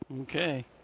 Okay